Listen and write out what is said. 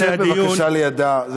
שב בבקשה לידה.